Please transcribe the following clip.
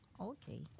Okay